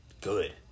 good